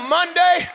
Monday